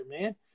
man